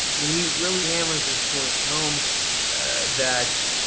and he really hammers this point home that.